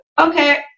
okay